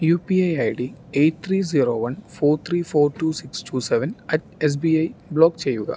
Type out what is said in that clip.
U P I I D eight three zero one four three four two six two seven at S B I block ചെയ്യുക